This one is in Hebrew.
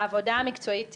העבודה המקצועית,